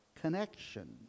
connection